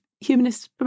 humanists